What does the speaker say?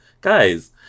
guys